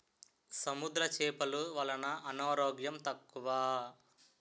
సముద్ర చేపలు వలన అనారోగ్యం తక్కువ